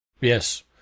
yes